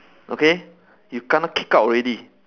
okay you kena kick out ready